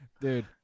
Dude